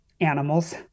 animals